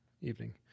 evening